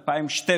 ב-2012,